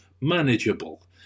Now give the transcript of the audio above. manageable